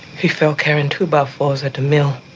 he fell carrying two by fours at the mill.